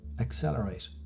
accelerate